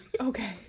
Okay